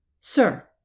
Sir